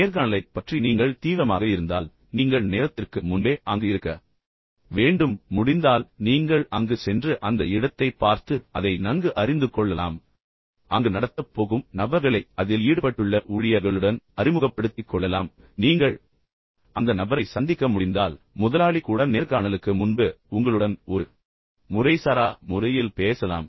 நேர்காணலைப் பற்றி நீங்கள் தீவிரமாக இருந்தால் நீங்கள் நேரத்திற்கு முன்பே அங்கு இருக்க வேண்டும் முடிந்தால் நீங்கள் அங்கு சென்று அந்த இடத்தைப் பார்த்து அதை நன்கு அறிந்துகொள்ளலாம் அங்கு நடத்தப் போகும் நபர்களை குறிப்பாக அதில் ஈடுபட்டுள்ள ஊழியர்கள் அவர்களுக்கு அறிமுகப்படுத்திக் கொள்ளலாம் நீங்கள் அந்த நபரை சந்திக்க முடிந்தால் முதலாளி கூட நேர்காணலுக்கு முன்பு உங்களுடன் ஒரு முறைசாரா முறையில் பேசலாம்